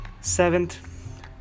seventh